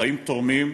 חיים תורמים,